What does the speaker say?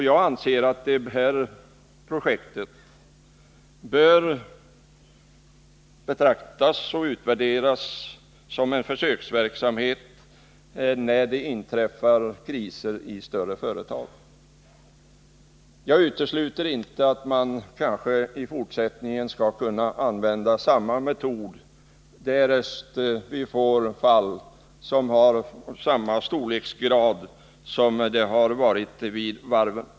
Jag anser att projektet bör betraktas och utvärderas som en försöksverksamhet när kriser inträffar i större företag. Jag utesluter inte att man kanske i fortsättningen kan använda samma metod därest vi får kris i ett företag av samma storleksgrad som varven har haft tidigare.